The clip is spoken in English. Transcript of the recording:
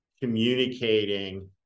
communicating